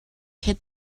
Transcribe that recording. hit